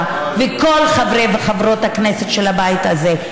וכל חברי וחברות הכנסת של הבית הזה,